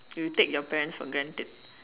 you take your parents for granted